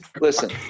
Listen